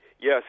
yes